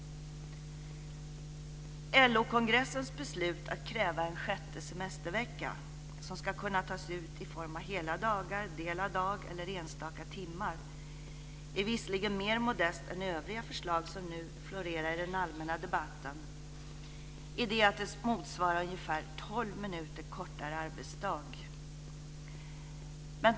LO-kongressens beslut att kräva en sjätte semestervecka, som ska kunna tas ut i form av hela dagar, del av dag eller enstaka timmar är visserligen mer modest än övriga förslag som nu florerar i den allmänna debatten i det att det motsvarar ungefär 12 minuter kortare arbetsdag.